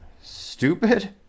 stupid